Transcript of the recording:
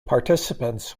participants